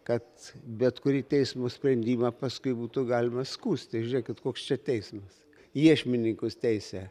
kad bet kurį teismo sprendimą paskui būtų galima skųst tai žiūrėkit koks čia teismas iešmininkus teisia